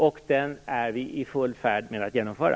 Den är vi i full färd att genomföra.